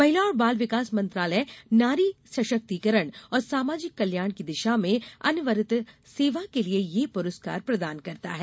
महिला और बाल विकास मंत्रालय नारी सशक्तिकरण और सामाजिक कल्याण की दिशा में अनवरत सेवा के लिए यह पुरस्काजर प्रदान करता है